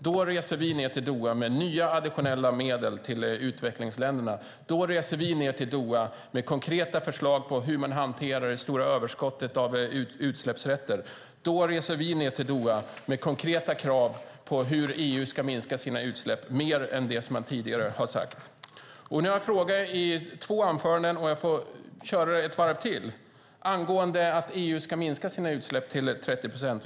Då reser vi ned till Doha med nya additionella medel till utvecklingsländerna. Då reser vi ned till Doha med konkreta förslag på hur man hanterar det stora överskottet av utsläppsrätter. Då reser vi ned till Doha med konkreta krav på hur EU ska minska sina utsläpp med mer än det man tidigare sagt. Jag har frågat i två anföranden och får fråga en gång till om EU ska minska sina utsläpp till 30 procent.